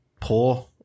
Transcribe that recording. poor